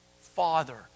Father